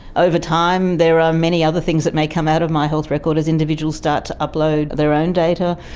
over time there are many other things that may come out of my health record as individuals start to upload their own data,